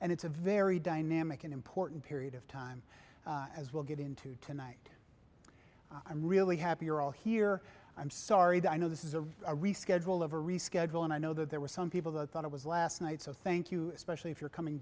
and it's a very dynamic and important period of time as well get into tonight i'm really happy you're all here i'm sorry i know this is a reschedule of a reschedule and i know that there were some people that thought it was last night so thank you especially if you're coming